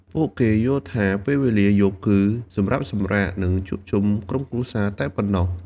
ពួកគេយល់ថា ពេលវេលាយប់គឺសម្រាប់សម្រាក និងជួបជុំក្រុមគ្រួសារតែប៉ុណ្ណោះ។